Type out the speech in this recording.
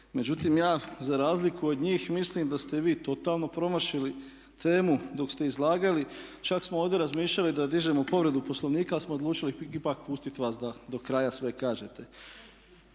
Međutim, ja za razliku od njih mislim da ste vi totalno promašili temu dok ste izlagali. Čak smo ovdje razmišljali da dižemo povredu Poslovnika, ali smo odlučili ipak pustit vas da do kraja sve kažete.